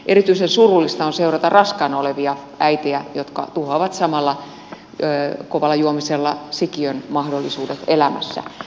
erityisen surullista on seurata raskaana olevia äitejä jotka tuhoavat samalla kovalla juomisella sikiön mahdollisuudet elämässä